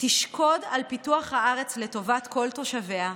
תשקוד על פיתוח הארץ לטובת כל תושביה,